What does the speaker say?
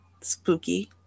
spooky